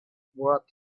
brought